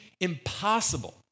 Impossible